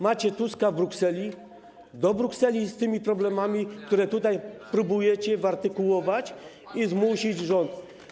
Macie Tuska w Brukseli - do Brukseli z tymi problemami, które tutaj próbujecie wyartykułować, i zmusić rząd.